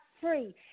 free